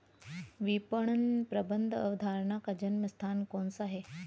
विपणन प्रबंध अवधारणा का जन्म स्थान कौन सा है?